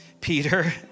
Peter